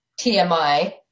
TMI